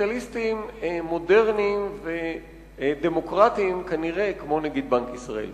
קפיטליסטים מודרניים כמו נגיד בנק ישראל.